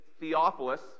Theophilus